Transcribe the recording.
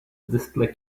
display